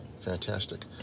Fantastic